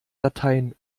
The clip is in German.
dateien